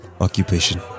Occupation